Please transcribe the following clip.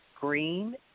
green